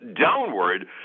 downward